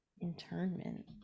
Internment